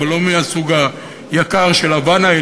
אבל לא מהסוג היקר של "הוואנה",